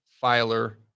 filer